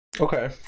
Okay